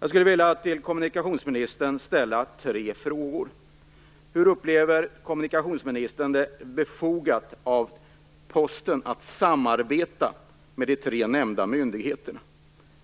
Jag skulle vilja ställa tre frågor till kommunikationsministern. Hur ser kommunikationsministern på det befogade i att Posten samarbetar med de tre nämnda myndigheterna?